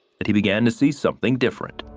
that he began to see something different.